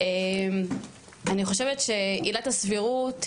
ואני חושבת שעילת הסבירות,